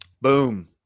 Boom